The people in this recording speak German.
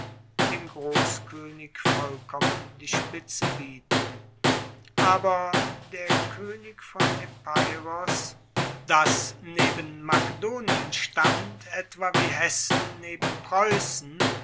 dem grosskoenig vollkommen die spitze bieten aber der koenig von epeiros das neben makedonien stand etwa wie hessen neben preussen